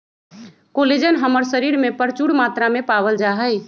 collagen हमर शरीर में परचून मात्रा में पावल जा हई